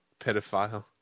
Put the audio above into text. pedophile